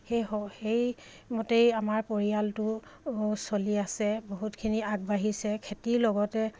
সেই সেই মতেই আমাৰ পৰিয়ালটো চলি আছে বহুতখিনি আগবাঢ়িছে খেতিৰ লগতে